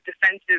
defensive